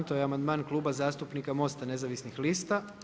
To je amandman Kluba zastupnika Mosta nezavisnih lista.